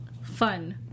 fun